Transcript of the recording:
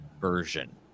version